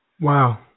Wow